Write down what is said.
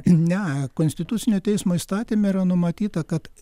ne konstitucinio teismo įstatyme yra numatyta kad